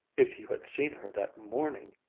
if you had seen her that morning,